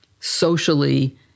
socially